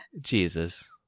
Jesus